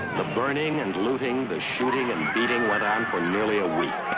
the burning and looting, the shooting and beating went on for nearly a week.